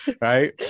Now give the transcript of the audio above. right